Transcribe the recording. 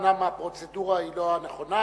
אומנם הפרוצדורה היא לא הנכונה,